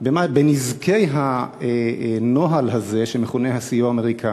על נזקי הנוהל הזה שמכונה "הסיוע האמריקני".